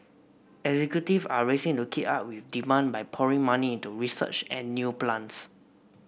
executive are racing to keep up with demand by pouring money into research and new plants